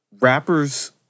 rappers